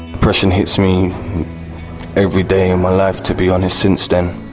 depression hits me every day of my life, to be honest, since then.